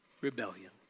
rebellion